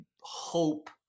hope